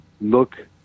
look